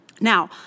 Now